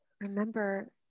Remember